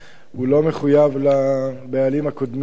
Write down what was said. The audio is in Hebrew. הוא לא מחויב לבעלים הקודמים של המפעל.